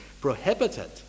prohibited